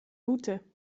boete